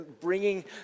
bringing